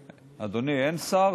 אדוני, אין שר?